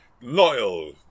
loyal